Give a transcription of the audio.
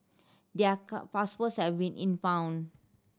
their passports have been impounded